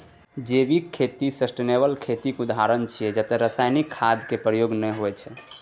जैविक खेती सस्टेनेबल खेतीक उदाहरण छै जतय रासायनिक खाद केर प्रयोग नहि होइ छै